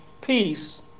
peace